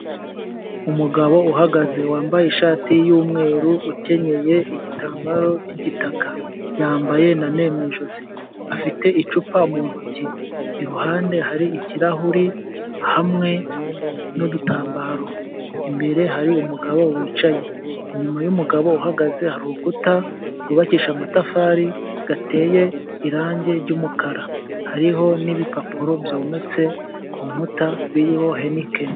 Umugabo uhagaze wambaye ishati y'umweru ukenyeye igitambaro cy'igitaka, yambaye na ne mu ijosi afite icupa mu ntoki, iruhande hari ikirahuri hamwe n'udutambaro, imbere hari umugabo wicaye, inyuma y'umugabo uhagaze hari urukuta rwubakishijwe amatafari ateye irangi ry'umukara, hariho n'ibipapuro byometse ku nkuta biriho henikeni.